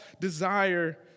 desire